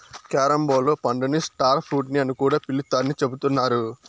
carambola పండుని star fruit అని కూడా పిలుత్తారని చెబుతున్నారు